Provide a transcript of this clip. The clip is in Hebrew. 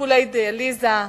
טיפולי דיאליזה,